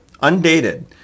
undated